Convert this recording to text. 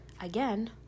again